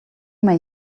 may